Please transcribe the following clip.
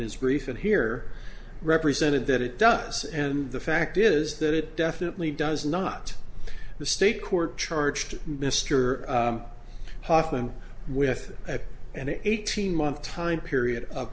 his brief in here represented that it does and the fact is that it definitely does not the state court charged mr hoffman with at an eighteen month time period of